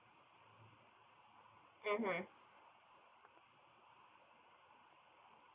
mmhmm